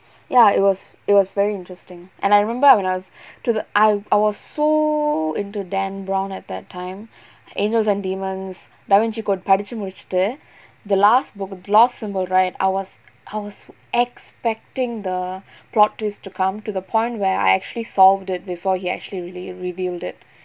ya it was it was very interesting and I remember when I was to the I I was so into dan brown at that time angels and demons da vinci code படிச்சு முடிச்சிட்டு:padichu mudichuttu the last book the last symbol right I was I was expecting the plot twist to come to the point where I actually solved it before he actually really revealed it